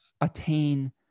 attain